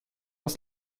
aus